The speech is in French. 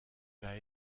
vas